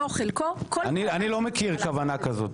או חלקו --- אני לא מכיר כוונה כזאת.